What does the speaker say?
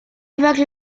évoque